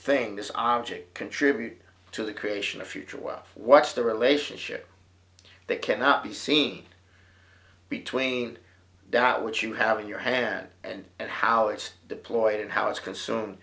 thing this object contribute to the creation of future wealth what's the relationship that cannot be seen between that which you have in your hand and and how it's deployed and how is consume